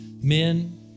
men